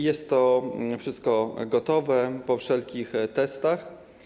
Jest to wszystko gotowe, po wszelkich testach.